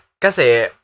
kasi